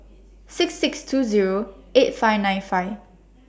six six two Zero eight five nine five